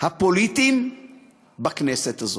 הפוליטיים בכנסת הזו.